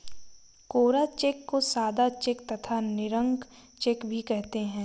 कोरा cheque को सादा cheque तथा निरंक चेक भी कहते हैं